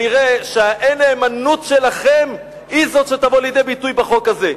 נראה שהאין-נאמנות שלכם היא שתבוא לידי ביטוי בחוק הזה.